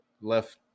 left